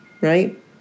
right